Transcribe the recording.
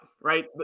right